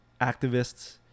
activists